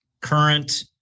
current